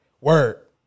Word